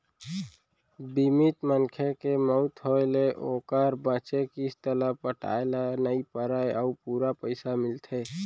बीमित मनखे के मउत होय ले ओकर बांचे किस्त ल पटाए ल नइ परय अउ पूरा पइसा मिलथे